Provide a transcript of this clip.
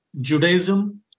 Judaism